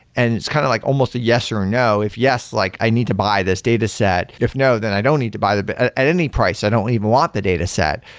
and it's kind of like almost a yes or no. if yes, like i need to buy this dataset. if no, then i don't need to buy but ah at any price, i don't even want the dataset.